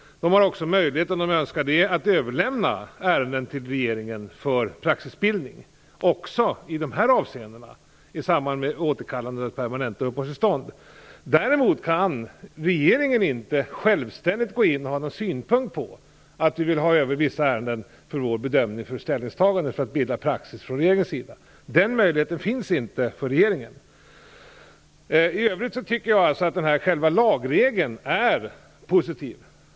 De har också möjlighet, om de så önskar, att överlämna ärenden till regering för praxisbildning - även i de här avseendena, i samband med återkallande av permanenta uppehållstillstånd. Däremot kan regeringen inte självständigt gå in och begära över vissa ärenden för bedömning, för ställningstagande eller för att bilda praxis. Den möjligheten finns inte för regeringen. I övrigt tycker jag att själva lagregeln är positiv.